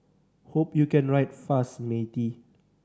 hope you can write fast matey